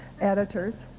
Editors